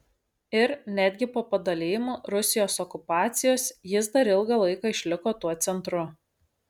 ir netgi po padalijimų rusijos okupacijos jis dar ilgą laiką išliko tuo centru